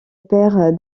père